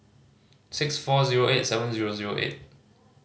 six four zero eight seven zero zero eight